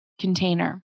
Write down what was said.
container